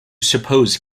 suppose